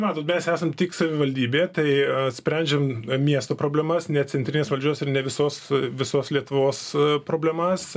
matot mes esam tik savivaldybė tai sprendžiam miesto problemas ne centrinės valdžios ir ne visos visos lietuvos problemas